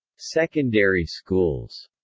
secondary schools